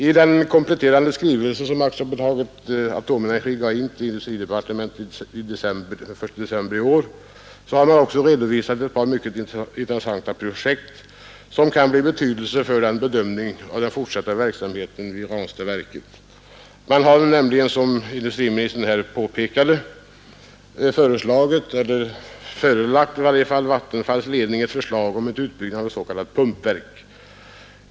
I den kompletterande skrivelse som AB Atomenergi ingav till industridepartementet den 1 december i år har man också redovisat ett par mycket intressanta projekt som kan bli av betydelse för bedömningen av den fortsatta verksamheten vid Ranstadsverket. Man har nämligen, som industriministern här påpekade, förelagt Vattenfalls ledning ett förslag om utbyggnad av ett s.k. pumpkraftverk.